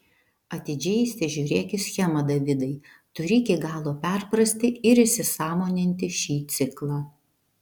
atidžiai įsižiūrėk į schemą davidai turi iki galo perprasti ir įsisąmoninti šį ciklą